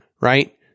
right